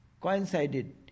coincided